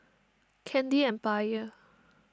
Candy Empire